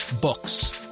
books